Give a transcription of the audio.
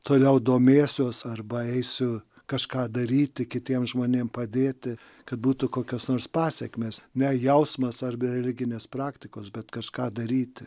toliau domėsiuos arba eisiu kažką daryti kitiem žmonėm padėti kad būtų kokios nors pasekmės ne jausmas arba religinės praktikos bet kažką daryti